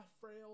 frail